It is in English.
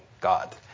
God